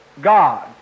God